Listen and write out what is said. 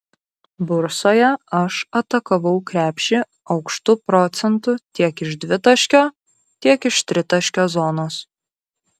bursoje aš atakavau krepšį aukštu procentu tiek iš dvitaškio tiek iš tritaškio zonos